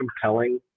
compelling